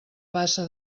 bassa